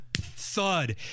thud